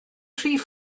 rhif